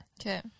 Okay